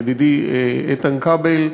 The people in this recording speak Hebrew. ידידי איתן כבל: